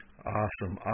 Awesome